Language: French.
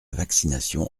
vaccination